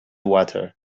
water